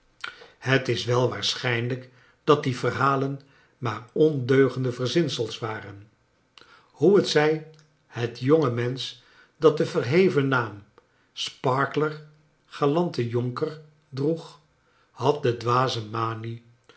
het is wel waarschijnlijk dat die verhalen maar ondeugende verzinsels waren hoe t zij het jonge rnensch dat den verheven naam sparkler galante jonker droeg had de dwaze manie